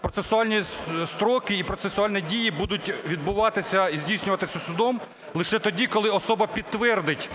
процесуальні строки і процесуальні дії будуть відбуватися і здійснюватися судом лише тоді, коли особа підтвердить